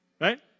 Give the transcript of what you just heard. right